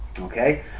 Okay